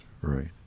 Right